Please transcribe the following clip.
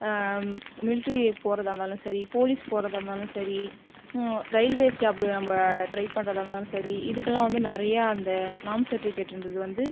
military போகிறதா இருந்தாலும் சரி போலீஸ் போகிறதா இருந்தாலும் சரி ரயில்வேஸ் ஜாப்பு நம்ம ட்ரை பண்ணுறதா இருந்தாலும் சரி இதுக்கெல்லாம் வந்து நெறையா அந்த நாம் சர்ட்டிஃபிக்கேட் இருந்தது வந்து